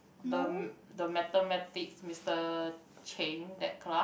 the the mathematics Mister Cheng that class